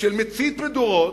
של מצית מדורות.